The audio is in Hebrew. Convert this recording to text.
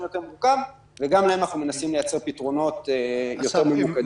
יותר מורכב וגם להם אנחנו מנסים לייצר פתרונות יותר ממוקדים.